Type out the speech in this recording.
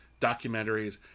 documentaries